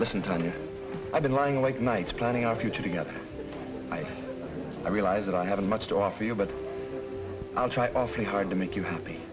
listen to and i've been lying awake nights planning our future together i realize that i haven't much to offer you but i'll try awfully hard to make you happy